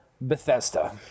Bethesda